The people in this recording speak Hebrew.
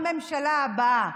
בממשלה הבאה.